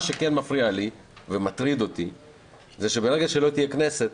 מה שכן מפריע לי ומטריד אותי זה שברגע שלא תהיה כנסת,